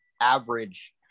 average